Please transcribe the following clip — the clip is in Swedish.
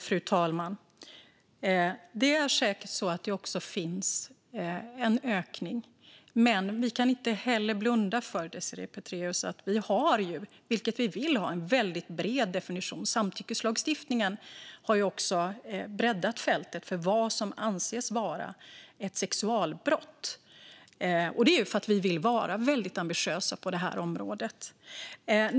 Fru talman! Det är säkert så att det också finns en ökning. Men vi kan inte blunda för att det finns en bred definition - vilket vi vill ha. Samtyckeslagstiftningen har också breddat fältet för vad som anses vara ett sexualbrott. Det är för att vi vill vara ambitiösa på området.